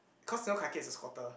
cause you know Kai-Kiat is a squatter